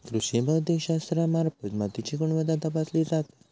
कृषी भौतिकशास्त्रामार्फत मातीची गुणवत्ता तपासली जाता